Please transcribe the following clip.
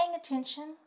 attention